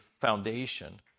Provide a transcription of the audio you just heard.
foundation